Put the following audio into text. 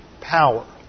power